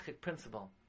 principle